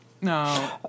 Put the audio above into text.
no